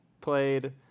played